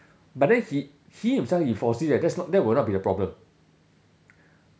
but then he he himself he foresee that that's not that will not be the problem